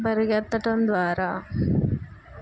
పరిగెత్తటం ద్వారా